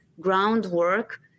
groundwork